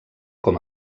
com